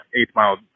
eighth-mile